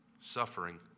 suffering